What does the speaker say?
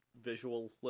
visual